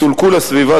סולקו לסביבה,